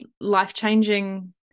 life-changing